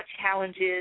challenges